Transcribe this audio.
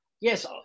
Yes